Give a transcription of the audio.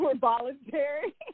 voluntary